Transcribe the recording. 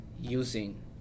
using